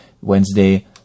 Wednesday